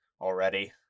already